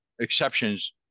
exceptions